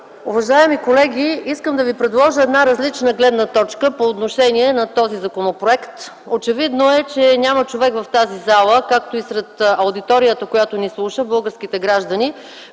Уважаеми колеги, искам да ви предложа една различна гледна точка по отношение на този законопроект. Очевидно е, че няма човек в тази зала, както и сред аудиторията, която ни слуша – българските граждани,